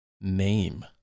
name